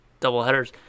doubleheaders